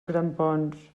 grampons